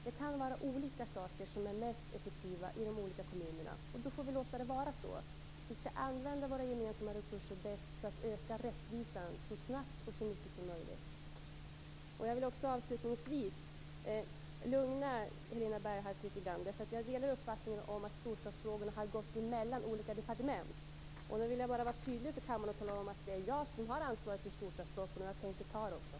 Det kan vara olika saker som är mest effektiva i olika kommuner. Vi skall använda våra gemensamma resurser bäst för att öka rättvisan så snabbt och så mycket som möjligt. Avslutningsvis vill jag lugna Helena Bargholtz. Jag delar uppfattningen att storstadsfrågorna har legat mellan olika departement. Nu vill jag bara vara tydlig för kammaren och tala om att det är jag som har ansvaret för storstadsfrågorna, och jag tänker också ta det.